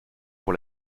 pour